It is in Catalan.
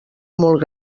molt